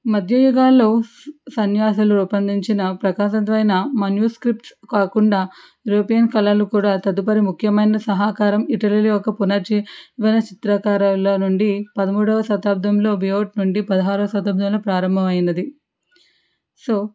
మధ్యయుగాల్లో సన్యాసులు రూపొందించిన సన్యాసులు రూపొందించిన మన్యు స్క్రిప్స్ కాకుండా యూరోపియన్ కలను కూడా తదుపరి ముఖ్యమైన సహకారం ఇతరుల యొక్క ఇటలీ యొక్క పునర్జీవితం చిత్రకారుల నుండి పదమూడువ శతాబ్దంలో వె ఔట్ నుండి పదహారువ శతాబ్దంలో ప్రారంభమైనది సో